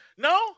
No